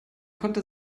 konnte